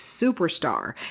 superstar